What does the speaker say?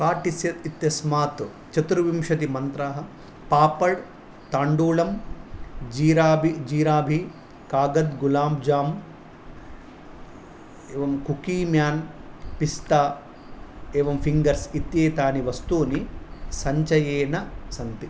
cart इस्य इत्यस्मात् चतुर्विंशतिः मन्त्राः पापड् ताण्डूलं जीराबि जीराभि कागद् गुलाम् जाम् एवं कुक्कीमेन् पिस्ता एवं फ़िङ्गर्स् इत्येतानि वस्तूनि सञ्चये न सन्ति